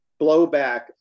blowback